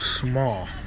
small